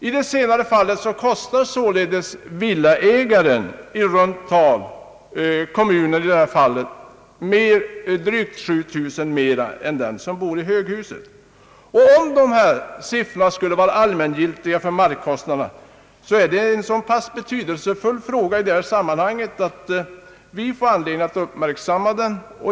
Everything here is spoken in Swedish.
I det senare fallet kostar således villaägaren varje år kommunen drygt 7 000 kronor mer än den som bor i höghuset. Om dessa siffror skulle vara allmängiltiga för markkostnaderna, är detta en så betydelsefull fråga i detta sammanhang att vi får anledning att uppmärksamma den.